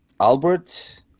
Albert